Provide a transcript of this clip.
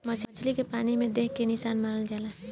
मछली के पानी में देख के निशाना मारल जाला